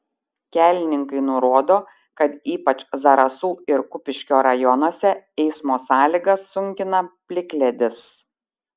kelininkai nurodo kad ypač zarasų ir kupiškio rajonuose eismo sąlygas sunkina plikledis